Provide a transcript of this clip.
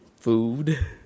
food